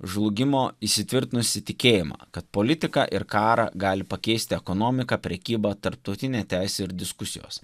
žlugimo įsitvirtinusį tikėjimą kad politiką ir karą gali pakeisti ekonomika prekyba tarptautinė teisė ir diskusijos